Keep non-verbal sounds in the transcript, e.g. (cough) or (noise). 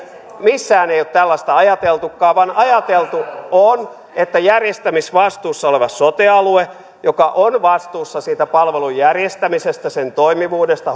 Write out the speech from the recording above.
missään ei ole tällaista ajateltukaan vaan ajateltu on että järjestämisvastuussa oleva sote alue joka on vastuussa siitä palvelun järjestämisestä sen toimivuudesta (unintelligible)